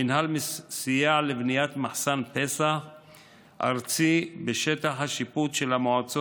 המינהל סייע בבניית מחסן פס"ח ארצי בשטח השיפוט של המועצה